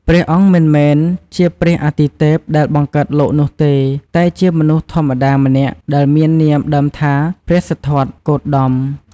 ព្រះអង្គមិនមែនជាព្រះអាទិទេពដែលបង្កើតលោកនោះទេ តែជាមនុស្សធម្មតាម្នាក់ដែលមាននាមដើមថា ព្រះសិទ្ធត្ថ គោតម។